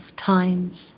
times